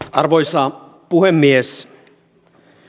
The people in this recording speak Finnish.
arvoisa puhemies